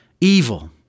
evil